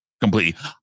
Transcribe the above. completely